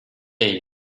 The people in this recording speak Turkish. değil